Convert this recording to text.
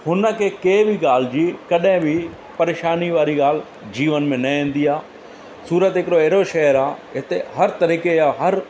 हुन खे कंहिं बि ॻाल्हि जी कॾहिं बि परेशानी वारी ॻाल्हि जीवन में न ईंदी आहे सूरत हिकिड़ो अहिड़ो शहरु आहे हिते हर तरीक़े जा हर